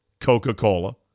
Coca-Cola